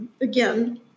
again